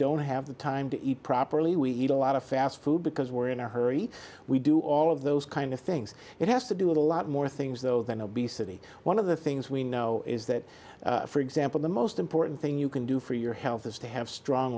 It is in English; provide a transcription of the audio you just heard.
don't have the time to eat properly we eat a lot of fast food because we're in a hurry we do all of those kind of things it has to do with a lot more things though than obesity one of the things we know is that for example the most important thing you can do for your health is to have strong